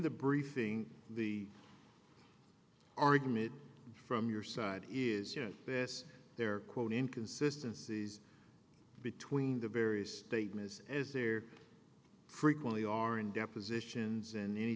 the briefing the argument from your side is you know this there quote inconsistency between the various statements as there frequently are in depositions and any